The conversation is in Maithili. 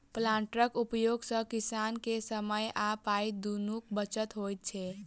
प्लांटरक उपयोग सॅ किसान के समय आ पाइ दुनूक बचत होइत छै